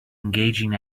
engaging